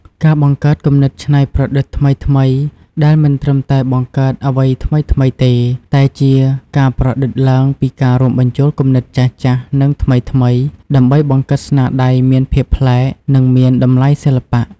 ការបង្កើតគំនិតច្នៃប្រឌិតថ្មីៗ ដែលមិនត្រឹមតែបង្កើតអ្វីថ្មីៗទេ តែជាការប្រឌិតឡើងពីការរួមបញ្ចូលគំនិតចាស់ៗ និងថ្មីៗ ដើម្បីបង្កើតស្នាដៃមានភាពប្លែក និងមានតម្លៃសិល្បៈ។